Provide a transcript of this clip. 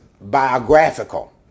biographical